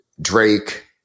Drake